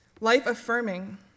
life-affirming